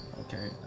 okay